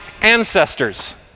ancestors